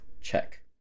check